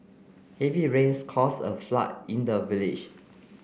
heavy rains caused a flood in the village